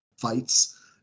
fights